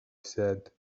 said